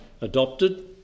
adopted